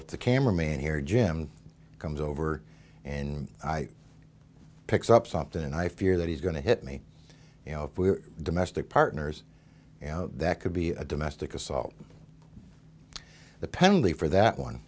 if the camera man here jim comes over and picks up something and i fear that he's going to hit me you know if we're domestic partners that could be a domestic assault the penalty for that one